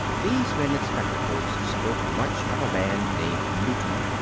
these men in spectacles spoke much of a man named newton,